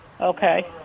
Okay